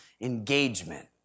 engagement